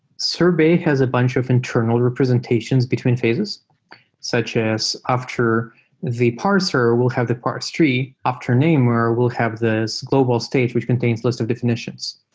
sorbet has a bunch of internal representations between phases such as after the parser will have the parse tree. after namer, we'll have the this global stage, which contains list of defi nitions.